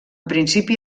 principi